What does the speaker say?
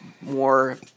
more